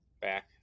back